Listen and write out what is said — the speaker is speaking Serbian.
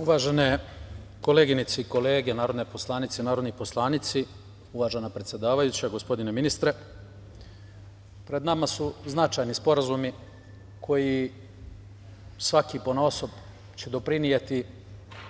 Uvažene koleginice i kolege narodne poslanice i narodni poslanici, uvažena predsedavajuća, gospodine ministre, pred nama su značajni sporazumi koji, svaki ponaosob, će doprineti